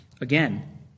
Again